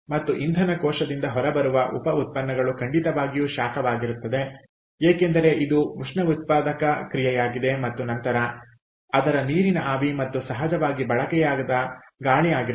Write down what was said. ಮತ್ತು ಇಂಧನ ಕೋಶದಿಂದ ಹೊರಬರುವ ಉಪಉತ್ಪನ್ನಗಳು ಖಂಡಿತವಾಗಿಯೂ ಶಾಖವಾಗಿರುತ್ತದೆ ಏಕೆಂದರೆ ಇದು ಉಷ್ಣಉತ್ಪಾದಕ ಕ್ರಿಯೆಯಾಗಿದೆ ಮತ್ತು ನಂತರ ಅದರ ನೀರಿನ ಆವಿ ಮತ್ತು ಸಹಜವಾಗಿ ಬಳಕೆಯಾಗದ ಗಾಳಿ ಆಗಿರುತ್ತವೆ